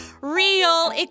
real